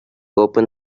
open